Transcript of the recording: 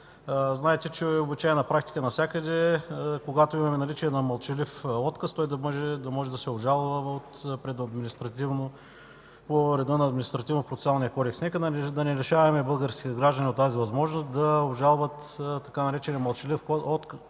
Знаете, че обичайна практика навсякъде е, когато имаме наличие на мълчалив отказ, той да може да се обжалва по реда на Административнопроцесуалния кодекс. Нека да не лишаваме българските граждани от тази възможност да обжалват така наречения „мълчалив отказ”